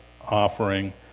offering